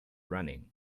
running